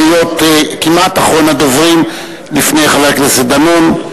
להיות כמעט אחרון הדוברים לפני חבר הכנסת דנון.